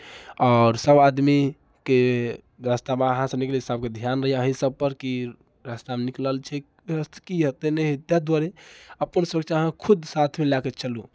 आओर सभ आदमीके रास्तामे अहाँकेँ निकलयसँ सभके ध्यान रहैए अहीँ सभ पर की रास्तामे निकलल छी की हेतै नहि हेतै ताहि दुआरे अपन सुरक्षा अहाँ खुद साथमे लए कऽ चलू